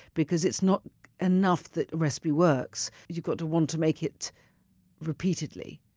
because it's not enough that recipe works you've got to want to make it repeatedly.